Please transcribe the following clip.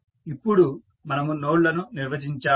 ఇపుడు మనము నోడ్ లను నిర్వచించాము